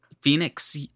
Phoenix